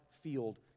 field